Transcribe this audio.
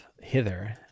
hither